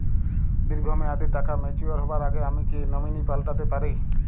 দীর্ঘ মেয়াদি টাকা ম্যাচিউর হবার আগে আমি কি নমিনি পাল্টা তে পারি?